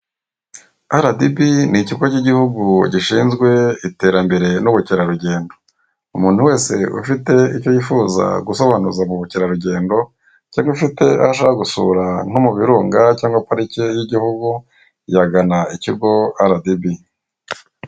RBD ni Ikigo cy'Igihugu gishinzwe Iterambere n'Ubukerarugendo. Umuntu wese ushaka kumenya amakuru ajyanye na serivisi batanga yagana aho bakorera, cyangwa se akabasura binyuze ku rubuga rwabo rwa murandasi, kugira ngo asobanukirwe.